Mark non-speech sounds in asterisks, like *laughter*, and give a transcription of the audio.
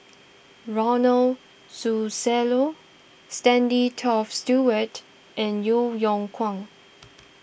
Ronald Susilo Stanley Toft Stewart and Yeo Yeow Kwang *noise*